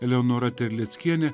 eleonora terleckienė